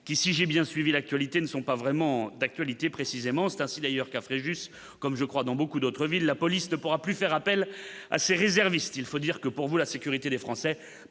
qui, si j'ai bien suivi l'actualité ne sont pas vraiment d'actualité précisément c'est ainsi d'ailleurs qu'à Fréjus comme je crois dans beaucoup d'autres villes, la police ne pourra plus faire appel à ces réservistes, il faut dire que pour vous, la sécurité des Français